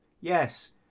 Yes